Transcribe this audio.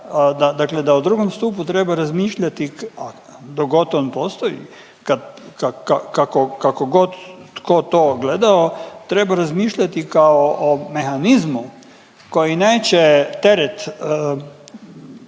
dakle da o II. stupu treba razmišljati dok god on postoji kako god tko to gledao treba razmišljati kao o mehanizmu koji neće teret,